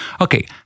Okay